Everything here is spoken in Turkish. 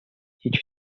hiç